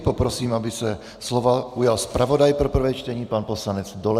Poprosím, aby se slova ujal zpravodaj pro prvé čtení, pan poslanec Dolejš.